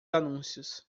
anúncios